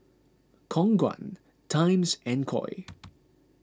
Khong Guan Times and Koi